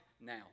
now